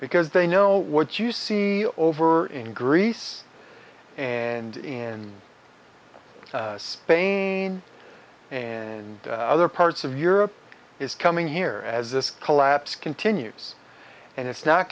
because they know what you see over in greece and in spain and other parts of europe is coming here as this collapse continues and it's not